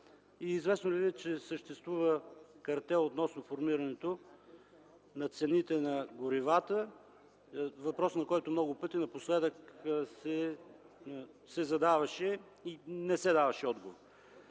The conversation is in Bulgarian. Известно ли Ви е, че съществува картел относно формирането на цените на горивата – въпрос, който много пъти напоследък се задаваше, но на който не се даваше отговор.